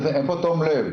איפה תום הלב?